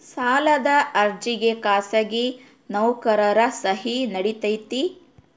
ಸಾಲದ ಅರ್ಜಿಗೆ ಖಾಸಗಿ ನೌಕರರ ಸಹಿ ನಡಿತೈತಿ?